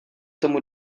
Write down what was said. tomu